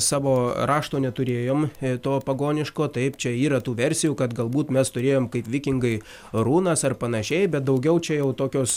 savo rašto neturėjom to pagoniško taip čia yra tų versijų kad galbūt mes turėjom kaip vikingai runas ar panašiai bet daugiau čia jau tokios